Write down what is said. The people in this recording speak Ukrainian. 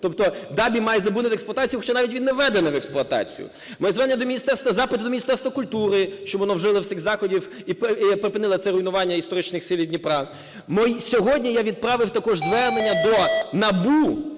Тобто ДАБІ має заборонити експлуатацію, хоча навіть він не введений в експлуатацію. Моє звернення до міністерства, запит до Міністерства культури, щоб воно вжило всіх заходів і припинило це руйнування історичних схилів Дніпра. Сьогодні я відправив також звернення до НАБУ